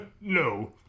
No